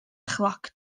chloc